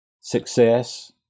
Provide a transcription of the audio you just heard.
success